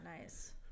nice